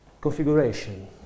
configuration